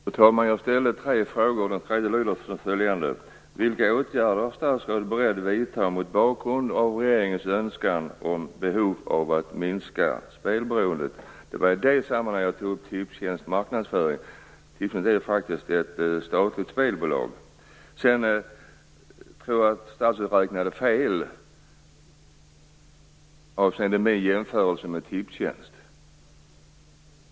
Fru talman! Jag ställde tre frågor. Den tredje lyder som följande: Vilka åtgärder är statsrådet beredd att vidta mot bakgrund av regeringens uttalanden om behov av att minska spelberoendet? Det var i det sammanhanget jag tog upp Tipstjänst marknadsföring. Tipstjänst är faktiskt ett statligt spelbolag. Sedan tror jag att statsrådet räknade fel avseende min jämförelse med Tipstjänst.